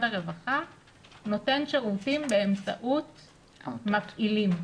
הרווחה נותן שירותים באמצעות מפעילים.